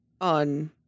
on